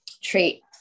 trait